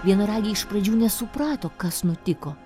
vienaragiai iš pradžių nesuprato kas nutiko